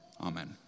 amen